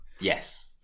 yes